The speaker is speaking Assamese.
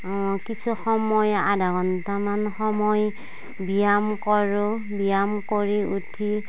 কিছু সময় আধা ঘণ্টামান সময় ব্যায়াম কৰোঁ ব্যায়াম কৰি উঠি